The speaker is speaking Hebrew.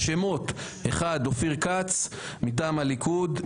השמות: אופיר כץ מטעם הליכוד,